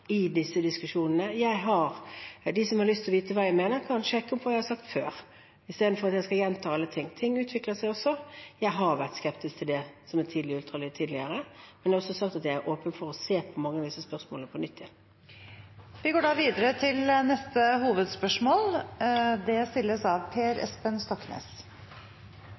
De som har lyst til å vite hva jeg mener, kan sjekke opp hva jeg har sagt før, i stedet for at jeg skal gjenta alt. Ting utvikler seg også. Jeg har vært skeptisk til tidlig ultralyd tidligere, men jeg har også sagt at jeg er åpen for å se på mange av disse spørsmålene på nytt. Vi går til neste hovedspørsmål.